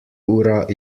ura